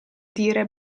dire